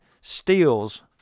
steals